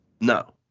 No